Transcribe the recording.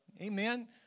Amen